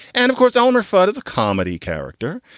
and of course, elmer fud is a comedy character,